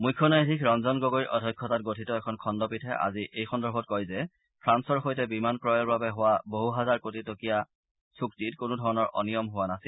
মুখ্য ন্যায়াধীশ ৰঞ্জন গগৈৰ অধ্যক্ষতাত গঠিত এখন খণুপীঠে আজি এই সন্দৰ্ভত কয় যে ফ্ৰান্সৰ সৈতে বিমান ক্ৰয়ৰ বাবে হোৱা বহুহাজাৰ কোটি টকীয়া চুক্তিত কোনো ধৰণৰ অনিয়ম হোৱা নাছিল